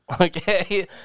Okay